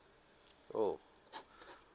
oh